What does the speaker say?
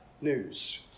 news